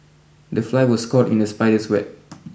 the fly was caught in the spider's web